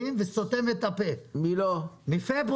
לפני